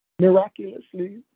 miraculously